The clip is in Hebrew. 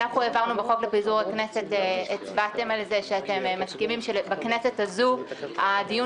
בחוק לפיזור הכנסת הצבעתם על זה שאתם מסכימים שבכנסת הזאת הדיון